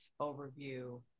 overview